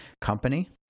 company